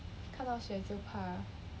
看到血就怕